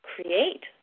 create